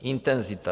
Intenzita.